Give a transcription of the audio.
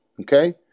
Okay